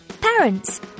Parents